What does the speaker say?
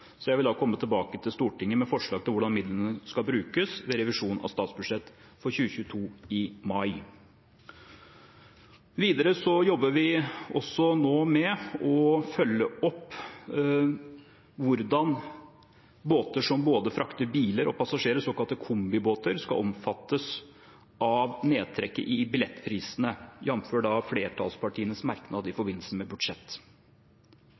Jeg vil da komme tilbake til Stortinget med forslag til hvordan midlene skal brukes ved revisjon av statsbudsjettet for 2022 i mai. Videre jobber vi også nå med å følge opp hvordan båter som frakter både biler og passasjerer, såkalte kombibåter, skal omfattes av nedtrekket i billettprisene, jf. flertallspartienes merknad i forbindelse med budsjett.